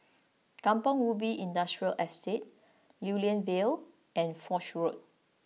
Kampong Ubi Industrial Estate Lew Lian Vale and Foch Road